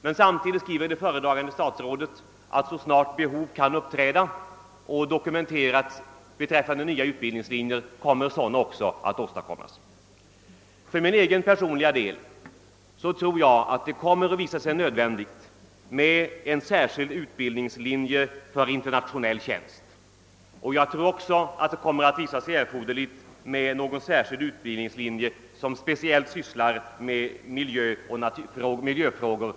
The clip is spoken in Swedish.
Men samtidigt skriver det föredragande statsrådet att så snart behov av nya utbildningslinjer kan komma att uppträda och dokumenteras kommer sådana att inrättas. För min personliga del tror jag att det kommer att visa sig nödvändigt med en särskild utbildningslinje för internationell tjänst, och jag tror också att det kommer att visa sig erforderligt med någon utbildningslinje som speciellt sysslar med naturvård och miljöfrågor.